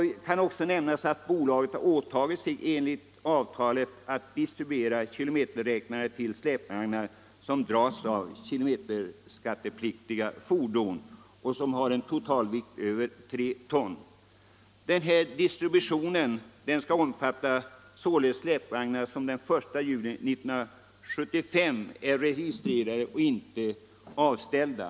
Enligt detta avtal har bolaget åtagit sig att distribuera kilometerräknare till släpvagnar som dras av kilometerskattepliktiga for don och som har en totalvikt över 3 ton. Denna distribution skall omfatta — Nr 87 släpvagnar som den 1 juni 1975 är registrerade och inte avställda.